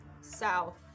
South